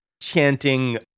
chanting